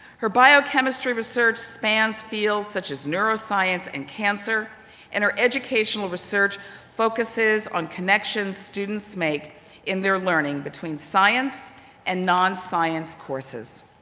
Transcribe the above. her biochemistry research spans fields such as neuroscience and cancer and her educational research focuses on connections students make in their learning between science and non science courses.